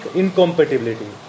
incompatibility